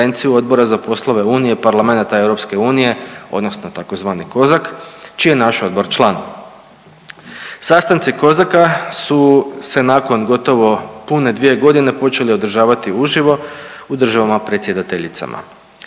Odbora za poslove Unije, parlamenata EU odnosno tzv. KOZAK čiji je naš odbor član. Sastanci KOZAK-a su se nakon gotovo pune dvije godine počeli održavati uživo u državama predsjedateljicama.